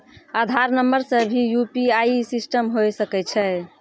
आधार नंबर से भी यु.पी.आई सिस्टम होय सकैय छै?